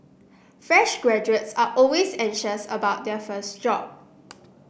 fresh graduates are always anxious about their first job